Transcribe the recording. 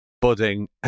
budding